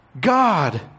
God